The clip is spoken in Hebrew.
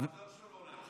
זה העוזר שלו עונה.